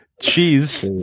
cheese